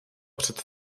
před